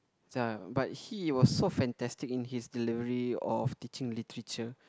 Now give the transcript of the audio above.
ya but he was so fantastic in his delivery of teaching literature